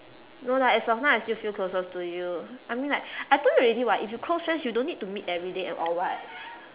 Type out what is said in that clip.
no lah as of now I still feel closest to you I mean like I told you already [what] if you close friends you don't need to meet every day and all [what]